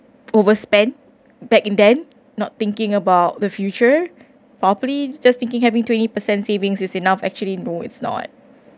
overspend back in then not thinking about the future properly just thinking having twenty percent savings is enough actually no it's not